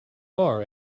are